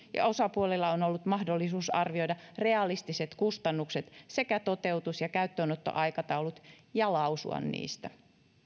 ja osapuolilla on on ollut mahdollisuus arvioida realistiset kustannukset sekä toteutus ja käyttöönottoaikataulut ja lausua niistä